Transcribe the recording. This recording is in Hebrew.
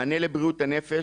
מענה לבריאות הנפש,